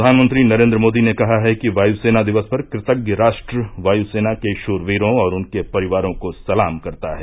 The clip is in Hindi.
प्रधानमंत्री नरेन्द्र मोदी ने कहा है कि वायुसेना दिवस पर कृतज्ञ राष्ट्र वायुसेना के शूरवीरों और उनके परिवारों को सलाम करता है